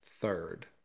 Third